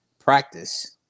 practice